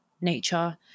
nature